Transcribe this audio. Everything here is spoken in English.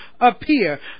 appear